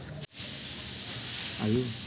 कमी आर्द्रतेचा माझ्या कापूस पिकावर कसा परिणाम होईल?